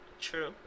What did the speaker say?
True